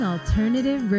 Alternative